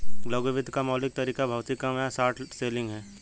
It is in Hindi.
लघु वित्त का मौलिक तरीका भौतिक कम या शॉर्ट सेलिंग है